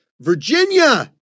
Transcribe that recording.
Virginia